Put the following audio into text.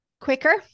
quicker